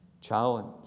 Challenge